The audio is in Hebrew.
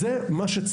אבל כסף זה מה שצריך.